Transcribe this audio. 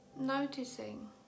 Noticing